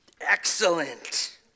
Excellent